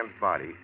body